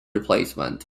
replacement